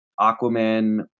Aquaman